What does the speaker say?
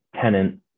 tenant